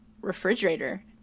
refrigerator